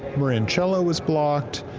marin chela was blocked,